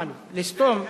לסתום,